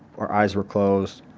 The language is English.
our eyes were closed.